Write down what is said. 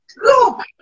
Look